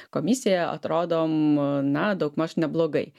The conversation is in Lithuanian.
komisiją atrodom na daugmaž neblogai